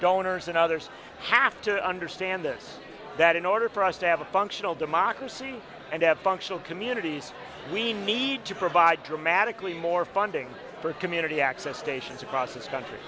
donors and others have to understand this that in order for us to have a functional democracy and have functional communities we need to provide dramatically more funding for community access stations across the country